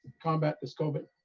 combat this covid.